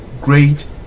great